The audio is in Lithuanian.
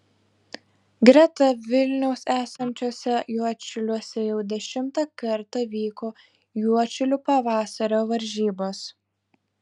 greta vilniaus esančiuose juodšiliuose jau dešimtą kartą vyko juodšilių pavasario varžybos